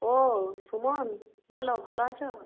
ও সুমন বলো ভালো আছো